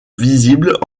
visibles